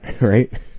right